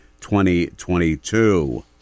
2022